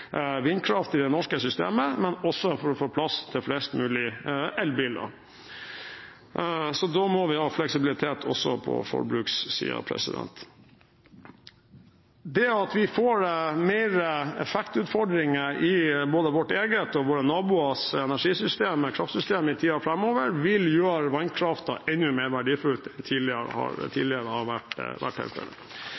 vindkraft i det norske systemet og for å få plass til flest mulig elbiler. Da må vi ha fleksibilitet også på forbrukssiden. Det at vi får flere effektutfordringer i både vårt eget og våre naboers kraftsystemer i tiden framover, vil gjøre vannkraften enda mer verdifull enn den tidligere har